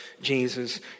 Jesus